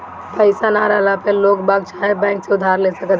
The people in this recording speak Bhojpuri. पईसा ना रहला पअ लोगबाग चाहे बैंक से उधार ले सकत हवअ